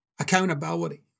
Accountability